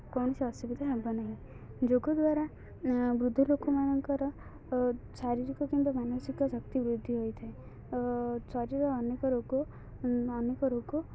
କୌଣସି ଅସୁବିଧା ହେବ ନାହିଁ ଯୋଗ ଦ୍ୱାରା ବୃଦ୍ଧ ଲୋକମାନଙ୍କର ଶାରୀରିକ କିମ୍ବା ମାନସିକ ଶକ୍ତି ବୃଦ୍ଧି ହୋଇଥାଏ ଶରୀର ଅନେକ ରୋଗ ଅନେକ ରୋଗ